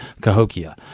Cahokia